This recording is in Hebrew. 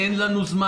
אין לנו זמן.